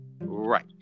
Right